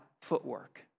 footwork